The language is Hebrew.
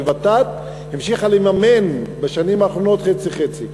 שוות"ת המשיכה לממן בשנים האחרונות חצי-חצי,